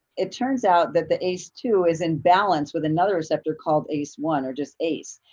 it turns out that the ace two is in balance with another receptor called ace one or just ace,